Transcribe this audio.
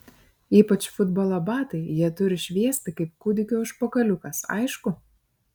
ypač futbolo batai jie turi šviesti kaip kūdikio užpakaliukas aišku